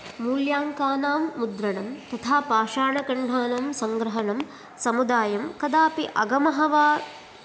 मूल्याङ्कानां मुद्रणं तथा पाषाणखण्डानां सङ्ग्रहणं समुदायं कदापि अगमः वा